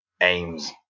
aims